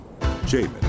Jamin